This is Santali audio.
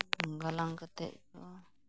ᱜᱟᱞᱟᱝ ᱠᱟᱛᱮ ᱠᱚ